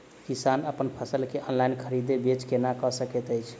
किसान अप्पन फसल केँ ऑनलाइन खरीदै बेच केना कऽ सकैत अछि?